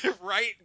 Right